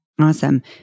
Awesome